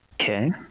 Okay